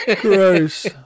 Gross